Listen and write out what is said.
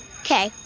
Okay